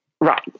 Right